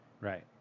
Right